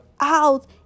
out